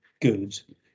good